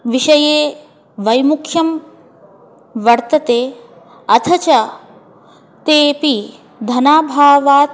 विषये वैमुख्यं वर्तते अथ च तेऽपि धनाभावात्